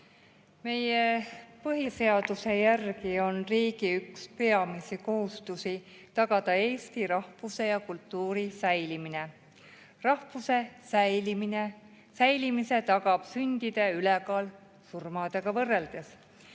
Meie põhiseaduse järgi on riigi üks peamisi kohustusi tagada eesti rahvuse ja kultuuri säilimine. Rahvuse säilimise tagab sündide ülekaal surmadega võrreldes.